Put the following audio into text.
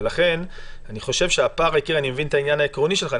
אני מבין את העניין העקרוני שלך,